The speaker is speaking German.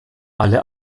alle